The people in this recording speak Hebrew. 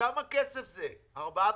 וכמה כסף זה עולה?